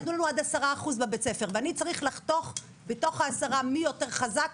נתנו לנו עד 10% בבית ספר ואני צריך לחתוך בתוך ה-10% מי יותר חזק,